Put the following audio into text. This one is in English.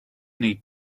need